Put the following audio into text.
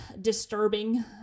disturbing